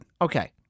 Okay